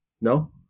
No